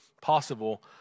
possible